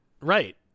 right